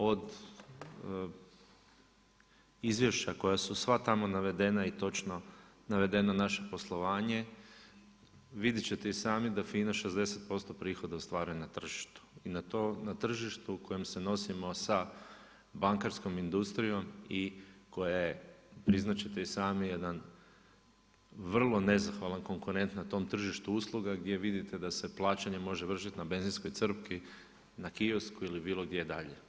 Od izvješća koja su sva tamo navedena i točno navedeno naše poslovanje, vidjeti ćete i sami da FINA 60% prihoda ostvaruje na tržištu i na tržištu u kojem se nosimo sa bankarskom industrijom i koja je, priznati ćete i sami jedan vrlo nezahvalan konkurent na tom tržištu usluga gdje vidite da se plaćanje može vršiti na benzinskoj crpki, na kiosku ili bilo gdje dalje.